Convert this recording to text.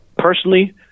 personally